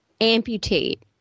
amputate